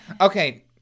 Okay